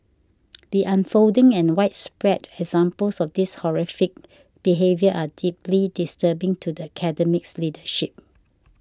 the unfolding and widespread examples of this horrific behaviour are deeply disturbing to the Academy's leadership